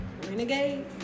renegade